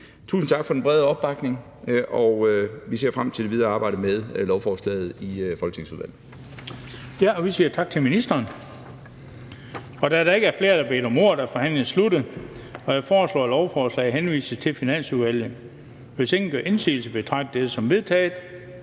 Tusind tak for den brede opbakning. Vi ser frem til det videre arbejde med lovforslaget i folketingsudvalget. Kl. 16:35 Den fg. formand (Bent Bøgsted): Vi siger tak til ministeren. Da der ikke er flere, der har bedt om ordet, er forhandlingen sluttet. Jeg foreslår, at lovforslaget henvises til Finansudvalget. Hvis ingen gør indsigelse, betragter jeg det som vedtaget.